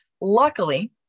Luckily